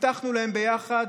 הבטחנו להם ביחד,